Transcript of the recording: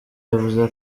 yavuze